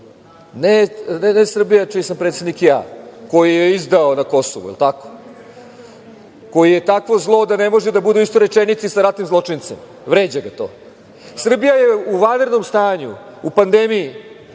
ne Srbija čiji sam predsednik ja, koji je izdao na Kosovu, jel tako, koji je takvo zlo da ne može da bude u istoj rečenici da ratnim zločincem, vređa ga to, Srbija je u vanrednom stanju, u pandemiji,